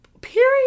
period